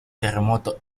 terremoto